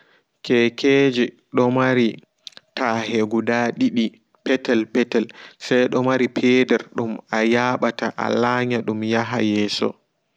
Kekeji domari tahe guda didi petel petel sai domari peeder dum ayaɓata alanyadum yaha yeso